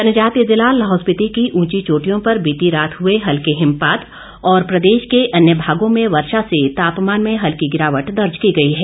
जनजातीय जिला लाहौल स्पीति की उंची चोटियों पर बीती रात हुए हल्के हिमपात और प्रदेश के अन्य भागों में वर्षा से तापमान में हल्की गिरावट दर्ज की गई है